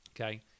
okay